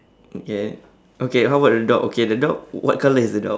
okay okay how about the dog okay the dog w~ what colour is the dog